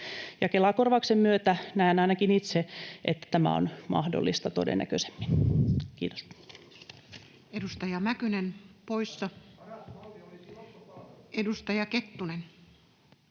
Kela-korvauksen myötä näen ainakin itse, että tämä on todennäköisemmin